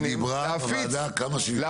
היא דיברה בוועדה כמה שהיא --- איך הם